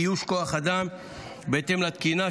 איוש כוח אדם בהתאם לתקינה,